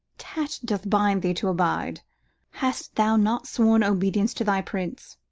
tat doth bind thee to abide hast thou not sworn obedience to thy prince?